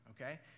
Okay